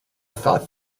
thought